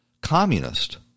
communist